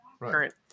current